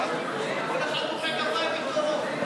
כל אחד מוחא כפיים בתורו.